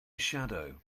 shadow